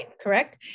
Correct